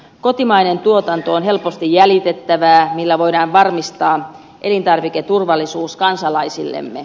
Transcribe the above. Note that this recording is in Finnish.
kotimainen tuotanto on helposti jäljitettävää millä voidaan varmistaa elintarviketurvallisuus kansalaisillemme